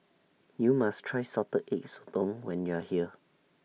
YOU must Try Salted Egg Sotong when YOU Are here